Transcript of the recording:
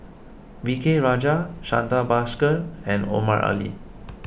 V K Rajah Santha Bhaskar and Omar Ali